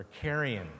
carrying